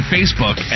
Facebook